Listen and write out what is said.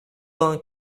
vingt